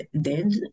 dead